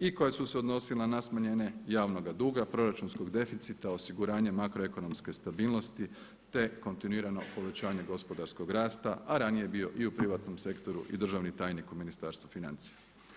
i koja su se odnosila na smanjenje javnoga duga, proračunskog deficita, osiguranja makroekonomske stabilnosti, te kontinuirano povećanje gospodarskog rasta, a ranije je i bio i u privatnom sektoru i državni tajnik u Ministarstvu financija.